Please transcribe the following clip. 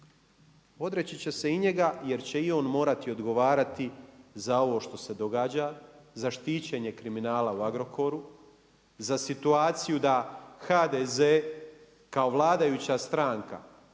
Odreći će se i njega jer će i on morati odgovarati za ovo što se događa, za štićenje kriminala u Agrokoru, za situaciju da HDZ kao vladajuća stranka